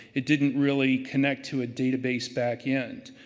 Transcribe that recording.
it didn't really connect to a database back end.